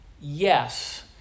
Yes